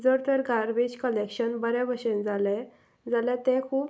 जर तर garbage collection बरे भशेन जालें जाल्यार तें खूब